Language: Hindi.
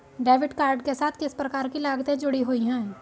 डेबिट कार्ड के साथ किस प्रकार की लागतें जुड़ी हुई हैं?